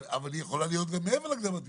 אבל היא יכולה להיות גם מעבר להקדמת מימון.